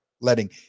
letting